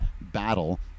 battle